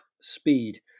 speed